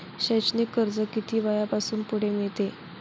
शैक्षणिक कर्ज किती वयापासून पुढे मिळते?